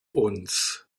uns